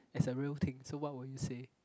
as a real thing so what will you say